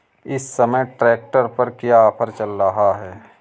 इस समय ट्रैक्टर पर क्या ऑफर चल रहा है?